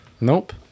Nope